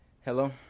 Hello